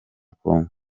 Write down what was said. kongo